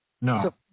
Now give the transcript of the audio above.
No